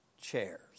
chairs